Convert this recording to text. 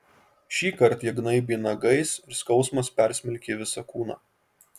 šįkart jie gnaibė nagais ir skausmas persmelkė visą kūną